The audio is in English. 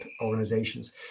organizations